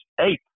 eight